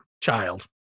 child